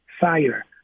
fire